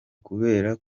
kubera